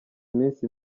iminsi